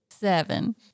Seven